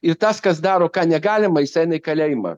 ir tas kas daro ką negalima jis eina į kalėjimą